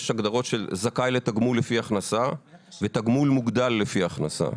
יש הגדרות של זכאי לתגמול לפי הכנסה ותגמול מוגדל לפי הכנסה.